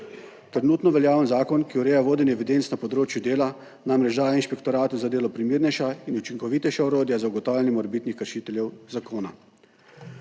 Trenutno veljavni zakon, ki ureja vodenje evidenc na področju dela namreč daje Inšpektoratu za delo primernejša in učinkovitejša orodja za ugotavljanje morebitnih kršiteljev zakona.